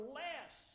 less